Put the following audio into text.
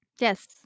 Yes